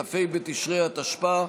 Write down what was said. כ"ה בתשרי התשפ"א,